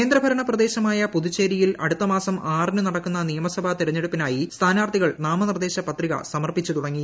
കേന്ദ്രഭരണ പ്രദേശമായ പുതുച്ചേരിയിൽ അടുത്ത ആറിന് നടക്കുന്ന നിയമസഭാ മാസം തെരഞ്ഞെടുപ്പിനായി സ്ഥാനാർത്ഥികൾ നാമനിർദ്ദേശ പത്രിക സമർപ്പിച്ചു തുടങ്ങി